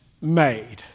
made